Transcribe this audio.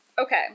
Okay